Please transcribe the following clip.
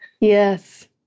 Yes